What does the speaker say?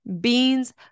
beans